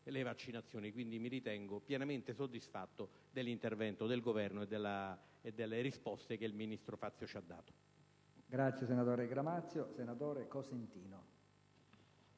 sanitari), mi ritengo pienamente soddisfatto dell'intervento del Governo oltre che delle risposte che il ministro Fazio ci ha dato.